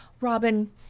Robin